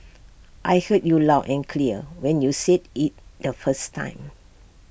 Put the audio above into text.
I heard you loud and clear when you said IT the first time